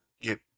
get